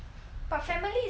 but family is like